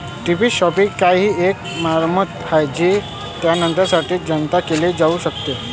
thrift शॉपचे कार्य ही एक मालमत्ता आहे जी नंतरसाठी जतन केली जाऊ शकते